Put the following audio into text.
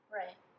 right